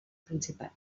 principals